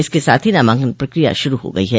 इसके साथ ही नामांकन प्रक्रिया शुरू हो गई है